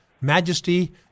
majesty